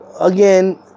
Again